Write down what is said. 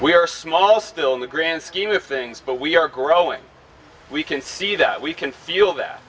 we are small still in the grand scheme of things but we are growing we can see that we can feel that